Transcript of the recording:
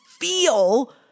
feel